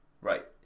Right